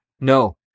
No